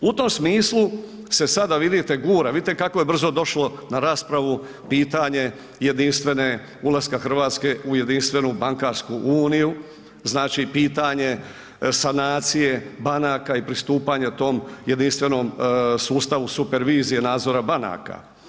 U tom smislu se sada vidite gura, vidite kako je brzo došlo na raspravu pitanje ulaska Hrvatske u Jedinstvenu bankarsku uniju, pitanje sanacije banaka i pristupanje tom jedinstvenom sustavu supervizije nadzora banaka.